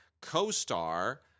co-star